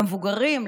למבוגרים,